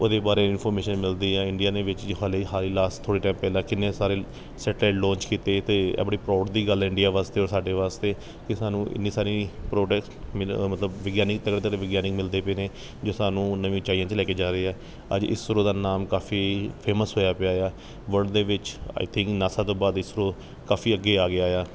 ਉਹਦੇ ਬਾਰੇ ਇਨਫੋਰਮੇਸ਼ਨ ਮਿਲਦੀ ਹੈ ਇੰਡੀਆ ਨੇ ਵਿੱਚ ਹਲੇ ਹਾਈ ਲਾਸਟ ਥੋੜ੍ਹੇ ਟਾਈਮ ਪਹਿਲਾਂ ਕਿੰਨੇ ਸਾਰੇ ਸੈਟੇਲਾਇਟ ਲਾਂਚ ਕੀਤੇ ਅਤੇ ਆਪਣੀ ਪ੍ਰੋਉਡ ਦੀ ਗੱਲ ਇੰਡੀਆ ਵਾਸਤੇ ਔਰ ਸਾਡੇ ਵਾਸਤੇ ਕਿ ਸਾਨੂੰ ਇੰਨੀ ਸਾਰੀ ਮਿਲ ਮਤਲਬ ਵਿਗਿਆਨਿਕ ਤਕੜੇ ਤਕੜੇ ਵਿਗਿਆਨੀ ਮਿਲਦੇ ਪਏ ਨੇ ਜੇ ਸਾਨੂੰ ਨਵੀਂ ਉੱਚਾਈਆਂ 'ਚ ਲੈ ਕੇ ਜਾ ਰਹੇ ਹੈ ਅੱਜ ਇਸਰੋ ਦਾ ਨਾਮ ਕਾਫੀ ਫੇਮਸ ਹੋਇਆ ਪਿਆ ਆ ਵਰਲਡ ਦੇ ਵਿੱਚ ਆਈ ਥਿੰਕ ਨਾਸਾ ਤੋਂ ਬਾਅਦ ਇਸਰੋ ਕਾਫੀ ਅੱਗੇ ਆ ਗਿਆ ਆ